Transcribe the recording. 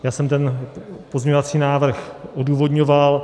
Já jsem ten pozměňovací návrhů odůvodňoval.